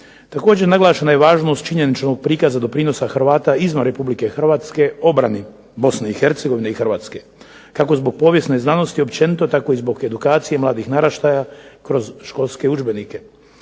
Također je naglašena važnost činjeničnog prikaza doprinosa Hrvata izvan Republike Hrvatske obrani Bosne i Hercegovine i Hrvatske, kako zbog povijesne znanosti općenito tako i zbog edukacije mladih naraštaja kroz školske udžbenike.